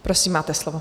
Prosím, máte slovo.